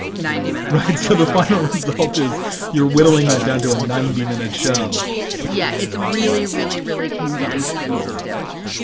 ninety minutes ride to so the final result is you're whittling that down to a ninety minute show yeah. it's really, really, really condensed and distilled.